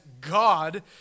God